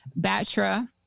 Batra